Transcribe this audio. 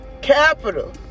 Capital